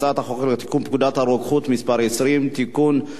הצעת החוק לתיקון פקודת הרוקחים (מס' 20) (תיקון),